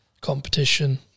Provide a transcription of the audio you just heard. competition